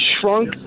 shrunk